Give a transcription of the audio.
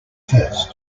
first